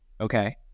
Okay